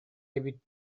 эбит